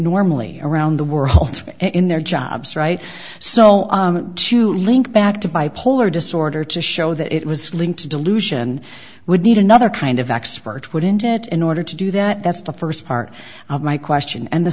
normally around the world and in their jobs right so to link back to bipolar disorder to show that it was linked to delusion would need another kind of expert wouldn't it in order to do that that's the first part of my question and the